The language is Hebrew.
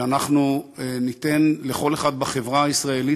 שאנחנו ניתן לכל אחד בחברה הישראלית